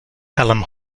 hallam